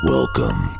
Welcome